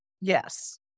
Yes